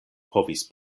povis